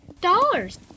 Dollars